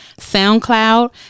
SoundCloud